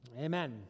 amen